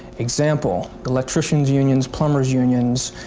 example electricians' unions, plumbers' unions,